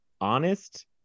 honest